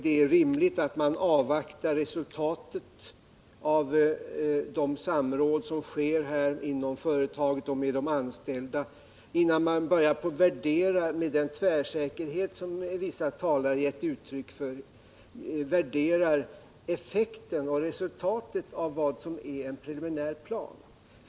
Det är rimligt att man avvaktar resultatet av de samråd som sker inom företaget med de anställda innan man med den tvärsäkerhet som vissa talare gett uttryck för börjar värdera effekten och resultatet av vad som är en preliminär plan.